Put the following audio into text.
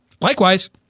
Likewise